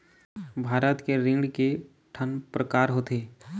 भारत के ऋण के ठन प्रकार होथे?